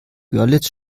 görlitz